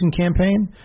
campaign